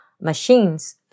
machines